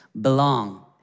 belong